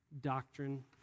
doctrine